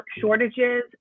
shortages